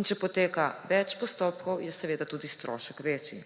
in če poteka več postopkov, je seveda tudi strošek večji.